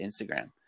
Instagram